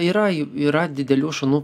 yra jų yra didelių šunų